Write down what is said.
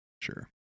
Sure